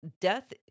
death